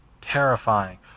Terrifying